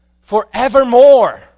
forevermore